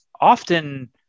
often